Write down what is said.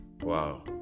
Wow